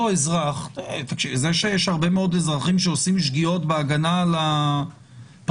זה שיש הרבה מאוד אזרחים שעושים שגיאות בהגנה על הפרטיות